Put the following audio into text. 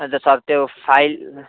हजुर सर त्यो फाइल